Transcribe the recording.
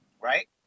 right